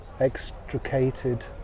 Extricated